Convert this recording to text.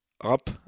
up